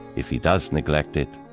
if he does neglect it,